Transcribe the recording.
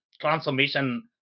transformation